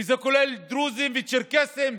כי זה כולל דרוזיים וצ'רקסיים,